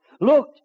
Look